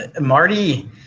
Marty